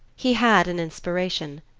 he had an inspiration.